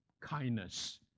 kindness